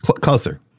Closer